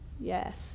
Yes